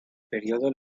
periodo